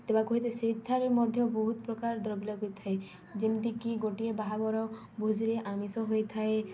ଦେବାକୁ ହୋଇଥାଏ ସେଠାରେ ମଧ୍ୟ ବହୁତ ପ୍ରକାର ଦ୍ରବ୍ୟ ଲାଗିଥାଏ ଯେମିତିକି ଗୋଟିଏ ବାହାଘର ଭୋଜିରେ ଆମିଷ ହୋଇଥାଏ